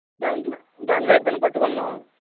దాంట్లో దాంట్లో ఇద్దరిని పట్టుకున్నాం